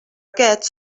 aquests